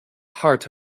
heart